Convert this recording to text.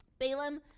Balaam